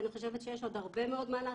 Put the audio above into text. אני חושבת שיש עוד הרבה מאוד מה לעשות.